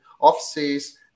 offices